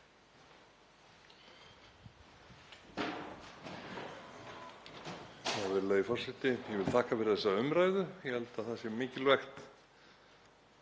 Virðulegi forseti. Ég vil þakka fyrir þessa umræðu. Ég held að það sé mikilvægt